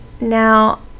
Now